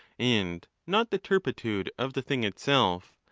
and not the turpitude of the thing itself,